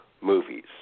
movies